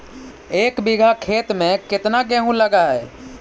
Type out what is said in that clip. एक बिघा खेत में केतना गेहूं लग है?